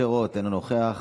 שאסור להגיד שאתה נגד המלחמה,